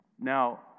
Now